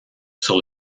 sur